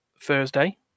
Thursday